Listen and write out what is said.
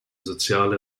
soziale